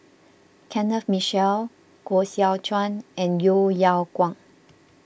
Kenneth Mitchell Koh Seow Chuan and Yeo Yeow Kwang